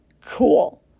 Cool